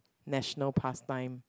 national pastime